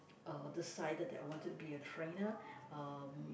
uh decided that I wanted to be a trainer um